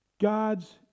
God's